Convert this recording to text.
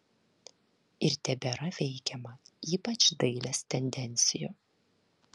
ir tebėra veikiama ypač dailės tendencijų